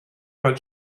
but